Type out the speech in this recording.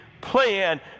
plan